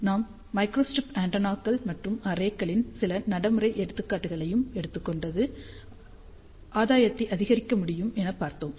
நாம் மைக்ரோஸ்டிரிப் ஆண்டெனாக்கள் மற்றும் அரேகளின் சில நடைமுறை எடுத்துக்காட்டுகளையும் எடுத்துக்கொண்டது ஆதாயத்தை அதிகரிக்க முடியும் எனப் பார்த்தோம்